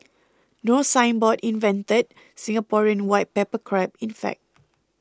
No Signboard invented Singaporean white pepper crab in fact